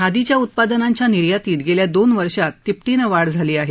खादीच्या उत्पादनांच्या निर्यातीत गेल्या दोन वर्षांत तिप्पटीने वाढ झाली आहे